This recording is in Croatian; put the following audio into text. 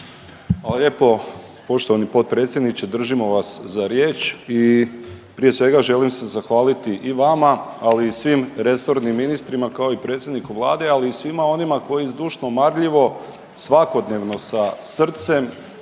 Hvala lijepo poštovani potpredsjedniče. Držimo vas za riječ i prije svega, želim se zahvaliti i vama, ali i svim resornim ministrima, kao i predsjedniku Vlade, ali i svima onima koji zdušno, marljivo svakodnevno sa srcem